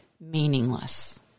meaningless